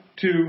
two